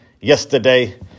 yesterday